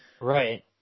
Right